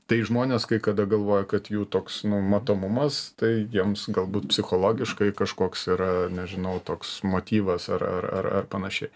tai žmonės kai kada galvoja kad jų toks nu matomumas tai jiems galbūt psichologiškai kažkoks yra nežinau toks motyvas ar ar ar ar panašiai